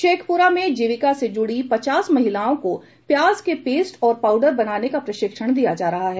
शेखपुरा में जीविका से जुड़ी पचास महिलाओं को प्याज से पेस्ट और पाउडर बनाने का प्रशिक्षण दिया जा रहा है